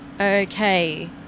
Okay